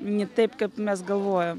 ni taip kaip mes galvojom